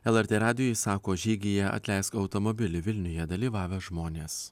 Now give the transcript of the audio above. lrt radijui sako žygyje atleisk automobilį vilniuje dalyvavę žmonės